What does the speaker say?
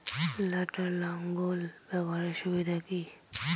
লটার লাঙ্গল ব্যবহারের সুবিধা কি?